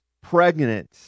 pregnant